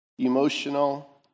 emotional